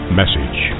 message